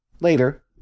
Later